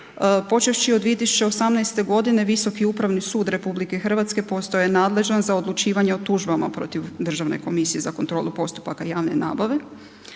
Počevši od 2018.g. Visoki upravni sud RH postao je nadležan za odlučivanje o tužbama protiv državne komisije za kontrolu postupaka javne nabave